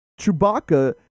Chewbacca